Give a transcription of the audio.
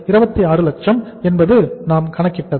இந்த 26 லட்சம் என்பது நாம் கணக்கிட்டது